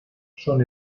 son